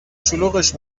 شلوغش